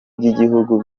by’igihugu